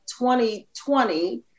2020